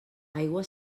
aigua